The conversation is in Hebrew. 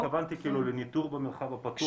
אני התכוונתי לניטור במרחב הפתוח,